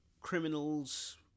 criminals